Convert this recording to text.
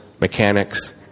mechanics